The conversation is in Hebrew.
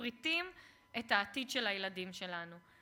מפריטים את העתיד של הילדים שלנו.